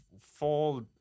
fall